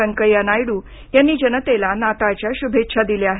व्यंकय्या नायडू यांनी जनतेला नाताळच्या शुभेच्छा दिल्या आहेत